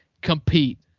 compete